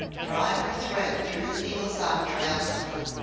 drawing her thread through the needle's eye triumphantly.